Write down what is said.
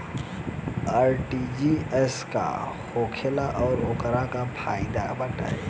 RTGS का होखेला और ओकर का फाइदा बाटे?